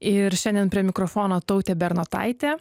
ir šiandien prie mikrofono taute bernotaitė